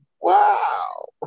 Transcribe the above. Wow